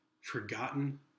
forgotten